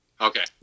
Okay